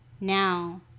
now